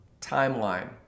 timeline